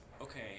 Okay